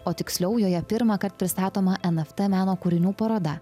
o tiksliau joje pirmąkart pristatoma en ef tė meno kūrinių paroda